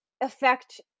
affect